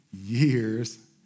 years